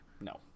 No